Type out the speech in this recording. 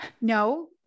no